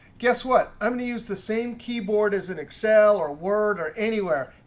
guess what? i'm going to use the same keyboard as in excel or word or anywhere,